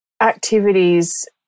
activities